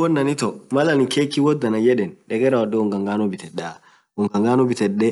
woan annin itoo maal keeki woad anaan yeeden dekee ungangano bitede,